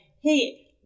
hey